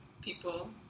people